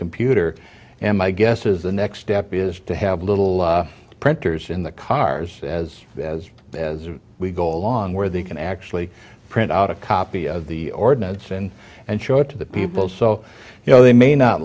computer and my guess is the next step is to have a little printers in the cars as as as we go along where they can actually print out a copy of the ordinance and and show it to the people so you know they may not